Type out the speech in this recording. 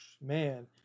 man